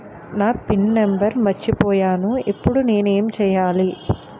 నా pin number మర్చిపోయాను ఇప్పుడు నేను ఎంచేయాలి?